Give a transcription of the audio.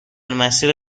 مسیر